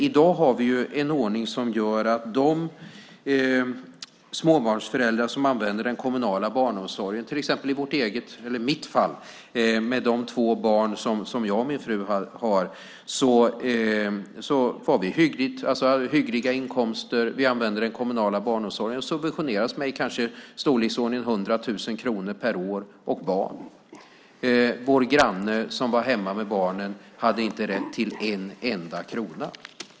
I dag har vi en ordning som gör att de småbarnsföräldrar som använder den kommunala barnomsorgen subventioneras, till exempel i mitt fall, med de två barn som jag och min fru har. Vi hade hyggliga inkomster. Vi använde den kommunala barnomsorgen och subventionerades med kanske storleksordningen 100 000 kronor per år och barn. Vår granne som var hemma med barnen hade inte rätt till en enda krona.